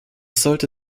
sollte